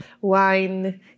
wine